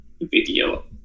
video